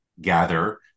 gather